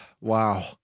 Wow